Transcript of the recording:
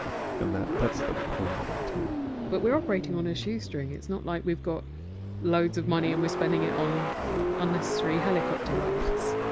and that's the point of it all to me but we're operating on a shoestring. it's not like we've got loads of money and we're spending it on unnecessary helicopter rides.